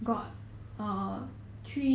orh